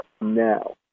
now